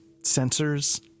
sensors